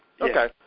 Okay